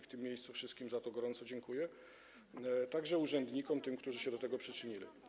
W tym miejscu wszystkim za to gorąco dziękuję, także urzędnikom, tym, którzy się do tego przyczynili.